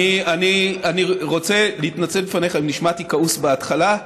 אני רוצה להתנצל בפניך אם נשמעתי כעוס בהתחלה.